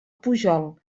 pujol